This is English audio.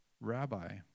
rabbi